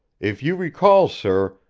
if you recall, sir,